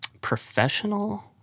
professional